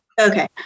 Okay